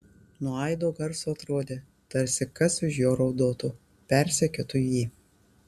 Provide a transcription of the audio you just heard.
nuo aido garso atrodė tarsi kas už jo raudotų persekiotų jį